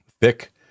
thick